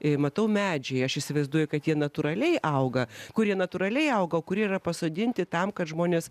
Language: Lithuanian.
ir matau medžiai aš įsivaizduoju kad tie natūraliai auga kurie natūraliai auga o kurie yra pasodinti tam kad žmonės